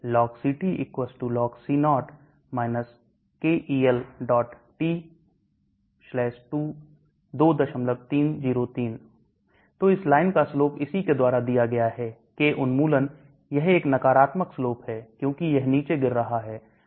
logCt logCo Kel t 2303 तो इस line का slope इसी के द्वारा दिया गया है K उन्मूलन यह एक नकारात्मक slope है क्योंकि यह नीचे गिर रहा है